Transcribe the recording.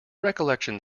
recollection